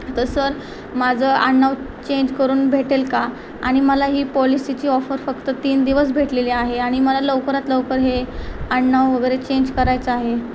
तर सर माझं आडनाव चेंज करून भेटेल का आणि मला ही पॉलिसीची ऑफर फक्त तीन दिवस भेटलेली आहे आणि मला लवकरात लवकर हे आडनाव वगैरे चेंज करायचं आहे